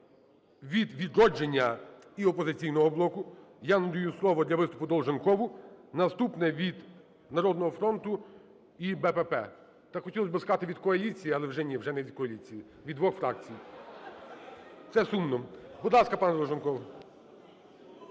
від "Відродження", і "Опозиційного блоку". Я надаю слово для виступу Долженкову. Наступне - від "Народного фронту" і "БПП". Так хотілось би сказати "від коаліції", але вже ні, вже не від коаліції, від двох фракцій. Це сумно. Будь ласка, пане Долженков.